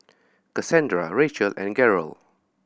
Casandra Rachel and Garold